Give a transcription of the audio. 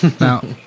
Now